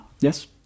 Yes